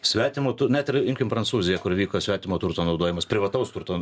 svetimo tu net ir imkim prancūziją kur vyko svetimo turto naudojimas privataus turto